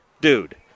dude